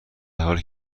حالی